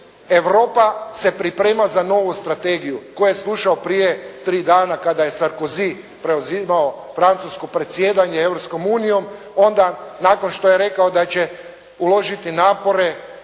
Europa se priprema za novu strategiju. Tko je slušao prije tri dana kada Sarkozy prozivao Francusko presjedanje s Europskom unijom, onda nakon što je rekao da će uložiti napore